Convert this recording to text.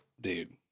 Dude